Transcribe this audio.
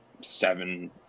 seven